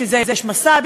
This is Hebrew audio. בשביל זה יש מס"ב,